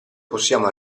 possiamo